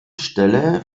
stelle